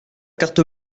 carte